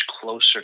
closer